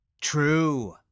True